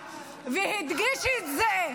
אחריי והדגיש את זה.